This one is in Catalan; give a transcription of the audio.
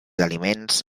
aliments